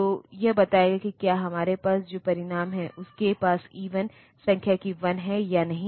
तो यह बताएं कि क्या हमारे पास जो परिणाम है उसके पास इवन संख्या की वन है या नहीं